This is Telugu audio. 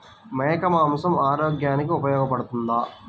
మేక మాంసం ఆరోగ్యానికి ఉపయోగపడుతుందా?